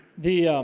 the